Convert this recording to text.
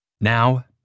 Now